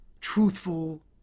truthful